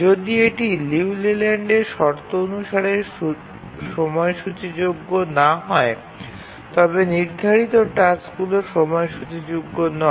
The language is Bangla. যদি এটি লিউ লেল্যান্ড শর্ত অনুসারে সময়সূচী পূরণ না করে তবে নির্ধারিত টাস্কগুলি শিডিউলযোগ্য নয়